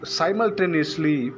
simultaneously